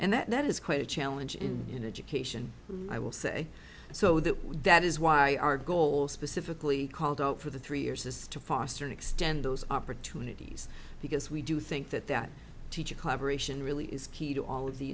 and that is quite a challenge in in education i will say so that that is why our goal specifically called out for the three years is to foster and extend those opportunities because we do think that that teacher collaboration really is key to all of the